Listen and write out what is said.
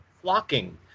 flocking